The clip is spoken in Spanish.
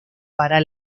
para